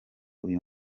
uyu